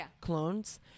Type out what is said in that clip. clones